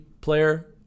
player